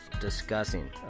discussing